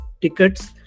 tickets